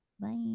Bye